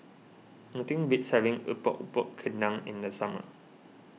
nothing beats having Epok Epok Kentang in the summer